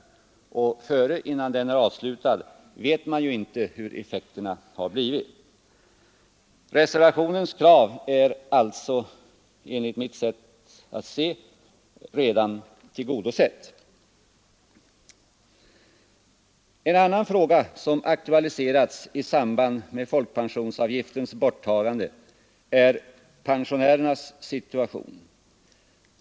Innan den är avslutad vet man ju inte hur effekterna har blivit. Reservationens krav är alltså, enligt mitt sätt att se, redan tillgodosett. En ytterligare fråga som aktualiserats i samband med folkpensionsavgiftens borttagande är pensionärernas situation.